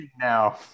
now